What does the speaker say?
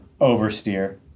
oversteer